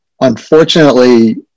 unfortunately